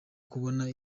kubona